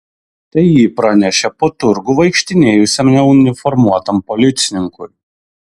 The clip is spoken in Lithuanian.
tai ji pranešė po turgų vaikštinėjusiam neuniformuotam policininkui